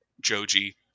Joji